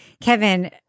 Kevin